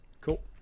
Cool